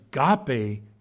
agape